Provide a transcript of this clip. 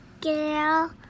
girl